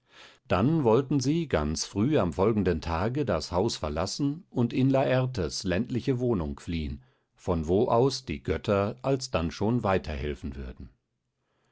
dann wollten sie ganz früh am folgenden tage das haus verlassen und in lartes ländliche wohnung fliehen von wo aus die götter alsdann schon weiter helfen würden